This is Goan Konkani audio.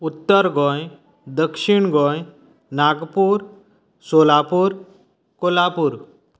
उत्तर गोंय दक्षिण गोंय नागपूर सोलापूर कोल्हापूर